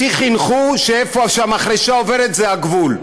אותי חינכו שאיפה שהמחרשה עוברת זה הגבול.